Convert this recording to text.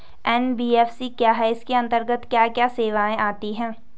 NBFC क्या है इसके अंतर्गत क्या क्या सेवाएँ आती हैं?